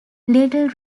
little